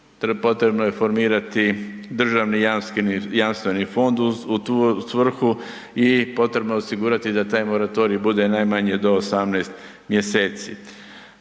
potrebno je formirati državni jamstveni fond u tu svrhu i potrebno je osigurati da taj moratorij bude najmanje do 18. mjeseci.